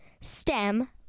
stem